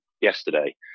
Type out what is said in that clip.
yesterday